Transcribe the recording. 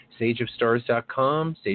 sageofstars.com